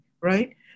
right